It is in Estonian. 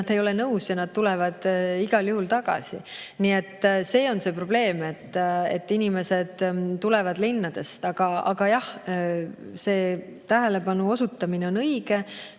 nad ei ole nõus ja nad tulevad igal juhul siia tagasi. Nii et see on see probleem, et inimesed tulevad linnadest. Aga jah, see tähelepanu osutamine on õige.